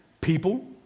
People